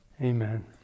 Amen